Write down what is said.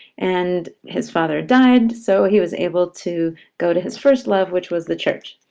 and his father died, so he was able to go to his first love, which was the church.